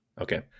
Okay